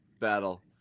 battle